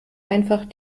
einfach